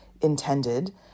intended